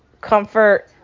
comfort